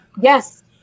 Yes